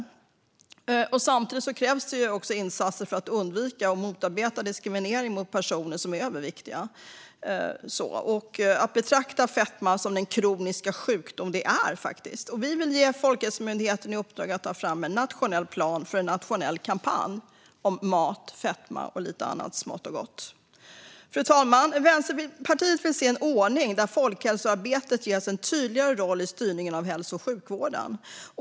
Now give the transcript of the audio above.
Samtidigt krävs det också insatser för att undvika och motarbeta diskriminering av personer som är överviktiga och för att fetma ska betraktas som den kroniska sjukdom det faktiskt är. Vi vill att Folkhälsomyndigheten får i uppdrag att ta fram en nationell plan för en nationell kampanj om mat, fetma och lite annat smått och gott. Fru talman! Vänsterpartiet vill se en ordning där folkhälsoarbetet ges en tydligare roll i styrningen av hälso och sjukvården.